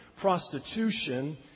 prostitution